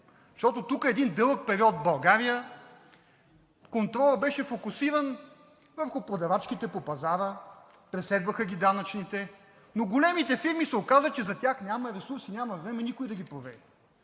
Защото тук един дълъг период в България контролът беше фокусиран върху продавачките по пазара, преследваха ги данъчните, но за големите фирми се оказа, че няма ресурс и няма време никой да ги провери.